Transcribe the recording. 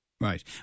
Right